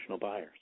buyers